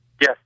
Yes